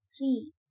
three